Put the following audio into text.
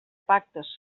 pactes